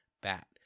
bat